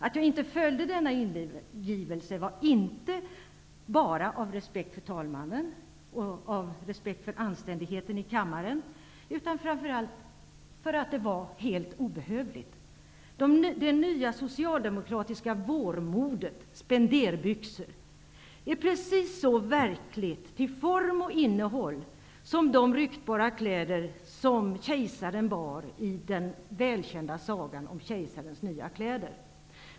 Att jag inte följde denna ingivelse berodde inte bara på respekt för talmannen och på respekt för anständigheten i kammaren. Det var helt obehövligt. Det nya socialdemokratiska vårmodet, spenderbyxor, är precis så verkliga till form och innehåll som de ryktbara kläder som kejsaren bar i den välkända sagan om kejsarens nya kläder.